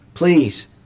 Please